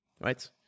right